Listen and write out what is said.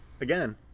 Again